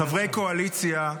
חברי קואליציה,